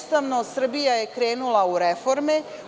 Srbija je krenula u reforme.